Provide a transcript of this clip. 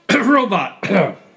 Robot